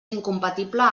incompatible